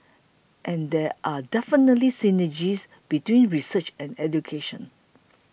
and there are definitely synergies between research and education